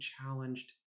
challenged